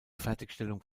fertigstellung